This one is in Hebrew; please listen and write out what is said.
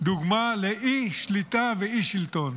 דוגמה לאי-שליטה ואי-שלטון.